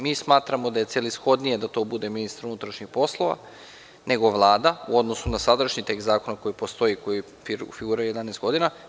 Mi smatramo da je celishodnije da to bude ministar unutrašnjih poslova nego Vlada u odnosu na sadašnji tekst zakona koji postoji, koji figurira 11 godina.